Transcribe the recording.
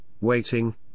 waiting